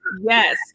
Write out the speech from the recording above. yes